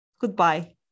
Goodbye